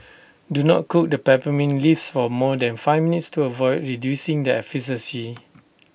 do not cook the peppermint leaves for more than five minutes to avoid reducing their efficacy